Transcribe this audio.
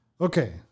okay